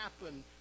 happen